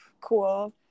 cool